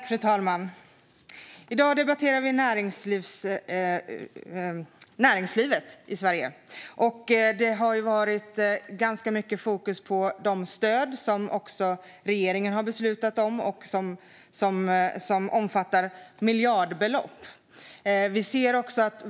Fru talman! I dag debatterar vi näringslivet i Sverige. Det har varit ganska mycket fokus på de stöd som regeringen har beslutat om och som omfattar miljardbelopp.